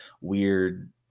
weird